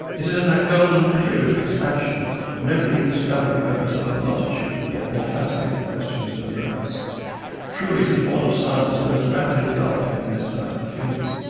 it is in that golden period of expansion when every new discovery opens up a multitude of yet more fascinating questions to address truly it is one of science's most rapidly developing and exciting fields,